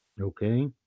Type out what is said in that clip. okay